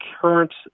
current